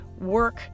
work